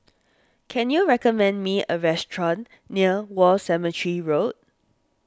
can you recommend me a restaurant near War Cemetery Road